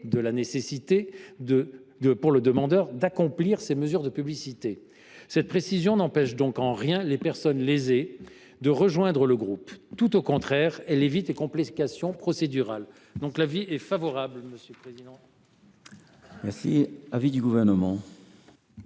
de la nécessité pour le demandeur d’accomplir les mesures de publicité. Cette précision n’empêche donc en rien les personnes lésées de rejoindre le groupe ; tout au contraire, elle évite les complications procédurales. La commission est favorable à cet amendement. Quel est l’avis du Gouvernement